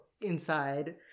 inside